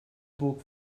book